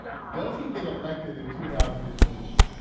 does he get elected in two thousand and eight,